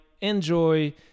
enjoy